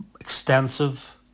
extensive